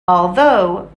although